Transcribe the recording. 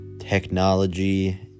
technology